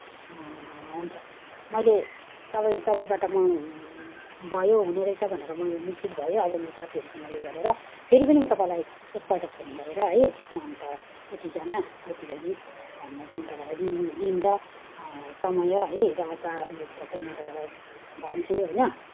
हुन्छ मैले तपाईँ तपाईँबाट म भयो हुनेरहेछ भनेर म निश्चित भएँ अब म साथीहरूसँग उयो गरेर फेरि पनि म तपाईँलाई एकपल्ट फोन गरेर है अन्त यतिजना यति बजी भनेर चाहिँ म तपाईँलाई दिन दिन र समय है र यता म तपाईँलाई भन्छु होइन